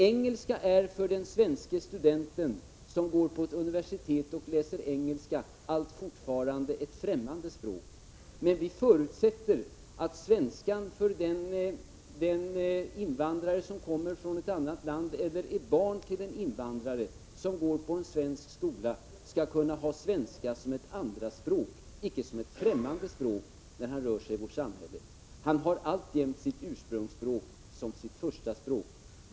Engelska är för den svenske studenten, som går på ett universitet och läser engelska, fortfarande ett främmande språk. Men vi förutsätter att en invandrare eller en invandrares barn som går i svensk skola skall kunna ha svenska som ett andra språk — icke som ett främmande språk när de rör sig i vårt samhälle. De har alltjämt sitt ursprungsspråk som sitt första språk.